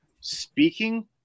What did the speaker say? Speaking